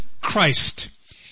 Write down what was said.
Christ